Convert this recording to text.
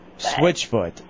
Switchfoot